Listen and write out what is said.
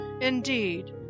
Indeed